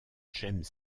james